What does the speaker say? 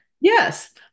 Yes